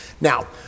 now